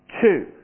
Two